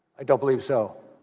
a doubly so